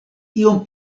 iom